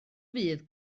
fydd